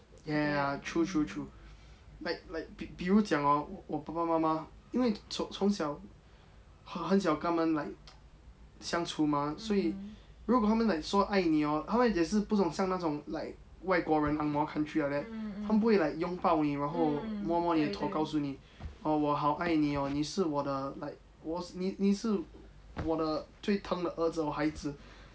ya ya ya true true true like like 比如讲哦我爸爸妈妈因为从小很小跟他们 like 相处吗所以如果他们 like 说爱你哦他会解释不懂像那种像 like 外国人 angmoh country like that 他们不会 like 拥抱你然后摸摸你的头告诉你哦我好爱你哦你是我的 like 我是你是我的最疼的儿子或孩子